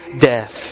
death